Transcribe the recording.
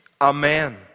amen